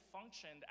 functioned